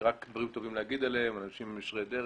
רק דברים טובים להגיד עליהם: אנשים ישרי דרך,